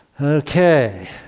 Okay